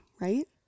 right